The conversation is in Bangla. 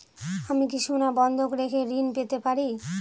আমি কি সোনা বন্ধক রেখে ঋণ পেতে পারি?